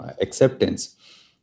acceptance